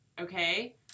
okay